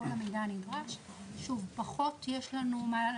אנחנו קיימנו מאז שכונסה ועדה זו בכנסת הנוכחית 90 ישיבות,